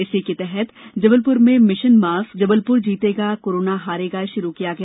इसी के तहत जबलपुर में मिशन मास्क जबलपुर जीतेगा कोरोना हारेगा शुरू किया गया